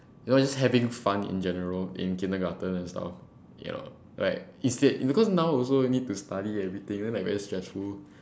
you know just having fun in general in kindergarten and stuff you know like is that because now also need to study everything then like very stressful